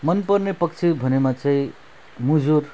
मनपर्ने पक्षी भन्नुमा चाहिँ मुजुर